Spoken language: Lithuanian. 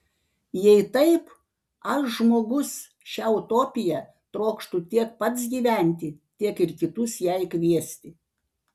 jei taip aš žmogus šia utopija trokštu tiek pats gyventi tiek ir kitus jai kviesti